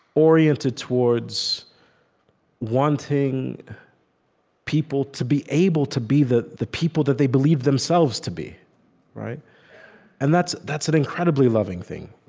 oriented towards wanting people to be able to be the the people that they believe themselves to be and that's that's an incredibly loving thing,